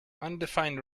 undefined